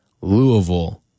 Louisville